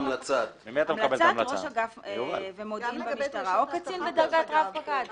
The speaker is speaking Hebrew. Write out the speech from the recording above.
המלצת ראש אגף חקירות ומודיעין במשטרה או קצין בדרגת רב-פקד ומעלה.